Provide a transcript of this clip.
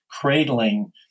cradling